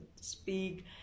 speak